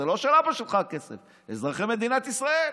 זה לא של אבא שלך, הכסף של אזרחי מדינת ישראל.